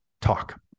talk